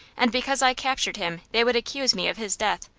and because i captured him they would accuse me of his death,